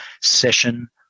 session